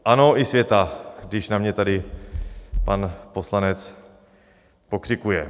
Ano, i světa, když na mě tady pan poslanec pokřikuje.